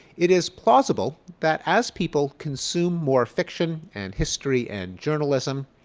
it is plausible that, as people consume more fiction and history and journalism,